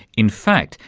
in fact,